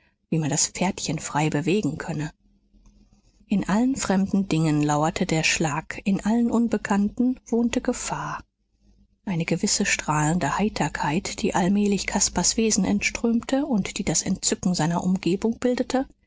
wie man das pferdchen frei bewegen könne in allen fremden dingen lauerte der schlag in allen unbekannten wohnte gefahr eine gewisse strahlende heiterkeit die allmählich caspars wesen entströmte und die das entzücken seiner umgebung bildete